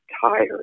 tired